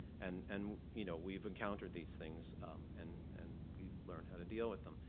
and and you know we've encountered these things and and we've learned how to deal with them.